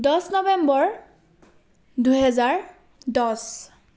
দহ নৱেম্বৰ দুহেজাৰ দহ